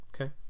Okay